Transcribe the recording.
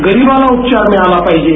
गरीबाला उपचार मिळाला पाहीजे